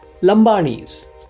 Lambanis